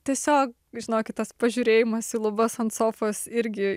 tiesiog žinokit tas pažiūrėjimas į lubas ant sofos irgi